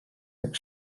tak